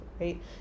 right